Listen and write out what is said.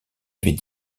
avait